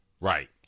Right